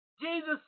Jesus